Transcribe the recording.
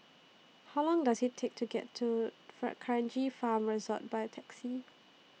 How Long Does IT Take to get to D'Kranji Farm Resort By Taxi